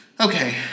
Okay